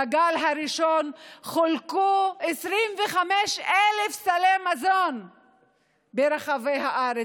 בגל הראשון חולקו 25,000 סלי מזון ברחבי הארץ,